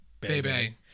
Baby